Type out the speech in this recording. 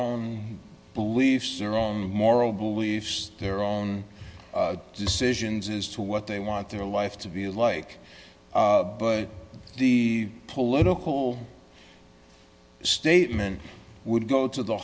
own beliefs their own moral beliefs their own decisions as to what they want their life to be like but the political statement would go to the